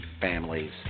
families